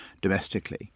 domestically